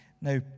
Now